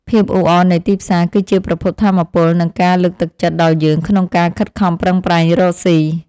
ភាពអ៊ូអរនៃទីផ្សារគឺជាប្រភពថាមពលនិងការលើកទឹកចិត្តដល់យើងក្នុងការខិតខំប្រឹងប្រែងរកស៊ី។